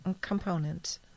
component